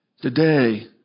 Today